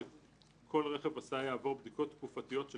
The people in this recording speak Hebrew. שכל רכב הסעה יעבור בדיקות תקופתיות של